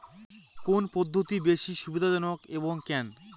কোন পদ্ধতি বেশি সুবিধাজনক এবং কেন?